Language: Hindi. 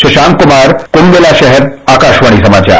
शशांक कुमार कुंभ मेला शहर आकाशवाणी समाचार